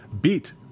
beat